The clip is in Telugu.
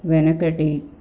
వెనకటి